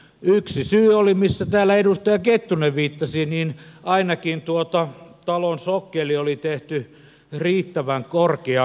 yksi syy oli se mihin täällä edustaja kettunen viittasi että ainakin talon sokkeli oli tehty riittävän korkeaksi